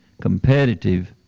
competitive